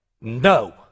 no